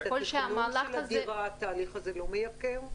ואת התכנון של הדירה, התהליך הזה לא מייקר?